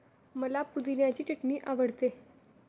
मला पुदिन्याची चटणी आवडते